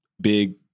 big